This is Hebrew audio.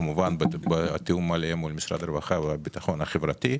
כמובן בתיאום מלא עם משרד הרווחה והביטחון החברתי.